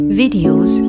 videos